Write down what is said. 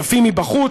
יפים מבחוץ,